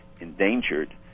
endangered